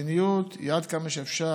המדיניות היא עד כמה שאפשר,